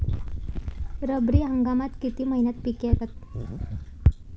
रब्बी हंगामात किती महिन्यांत पिके येतात?